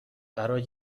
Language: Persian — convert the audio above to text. برای